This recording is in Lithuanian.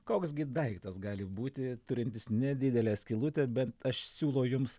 koks gi daiktas gali būti turintis nedidelę skylutę bet aš siūlau jums